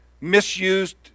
misused